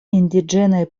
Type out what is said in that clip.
indiĝenaj